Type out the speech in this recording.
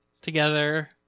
together